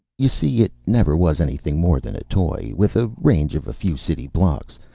you see, it never was anything more than a toy. with a range of a few city blocks.